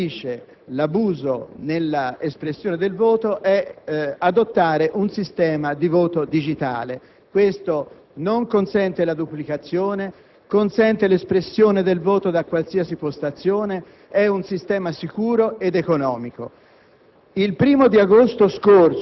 per sempre, alla radice, l'abuso nell'espressione del voto è adottare un sistema di voto digitale. Questo sistema non consente la duplicazione, consente l'espressione del voto da qualsiasi postazione, è un sistema sicuro ed economico.